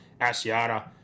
Asiata